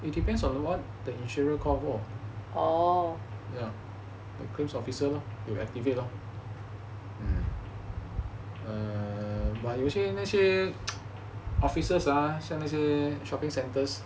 it depends on what the insurer call for ya the claims officer will activate lor mm err but 有些那些 officers ah 像那些 shopping centres